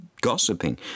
gossiping